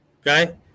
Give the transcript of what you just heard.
okay